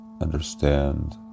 understand